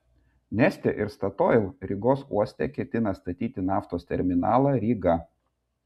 neste ir statoil rygos uoste ketina statyti naftos terminalą ryga